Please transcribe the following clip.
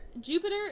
Jupiter